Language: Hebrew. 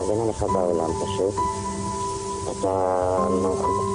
לקחת אחריות אישית על מנת להתמודד עם מחלת ההתמכרות שהן סובלות ממנה,